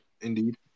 Indeed